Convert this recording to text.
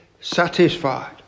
satisfied